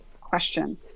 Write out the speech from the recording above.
question